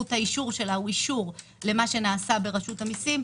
סמכות האישור שלה הוא אישור למה שנעשה ברשות המיסים,